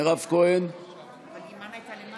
מי שלא